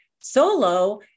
solo